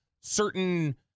certain